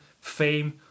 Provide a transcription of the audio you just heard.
fame